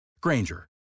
Granger